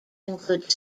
include